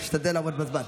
תשתדל לעמוד בזמן.